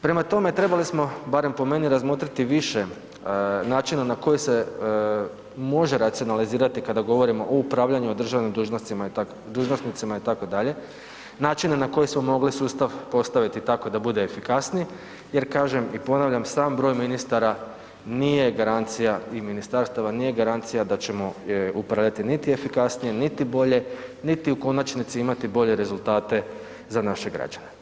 Prema tome, trebali smo barem po meni razmotriti više načina na koji se može racionalizirati kada govorimo o upravljanju o državnim dužnosnicima itd., način na koji smo mogli sustav postaviti tako da bude efikasniji jer kažem i ponavljam, sam broj ministara nije garancija i ministarstava, nije garancija da ćemo upravljati niti efikasnije niti bolje, niti u konačnici imati bolje rezultate za naše građane.